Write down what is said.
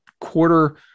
quarter